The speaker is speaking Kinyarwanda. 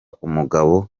umugabo